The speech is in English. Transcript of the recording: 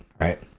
right